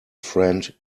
friend